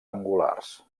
angulars